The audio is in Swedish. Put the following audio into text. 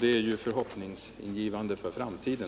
Det är hoppingivande för framtiden.